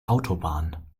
autobahn